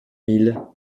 mille